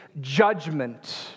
Judgment